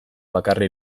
bakarra